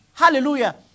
Hallelujah